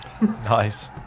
nice